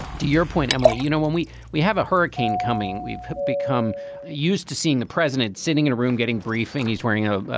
do your point, emily, you know, when we we have a hurricane coming. we've become used to seeing the president sitting in a room getting briefing. he's wearing a